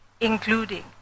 including